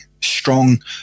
strong